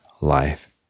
life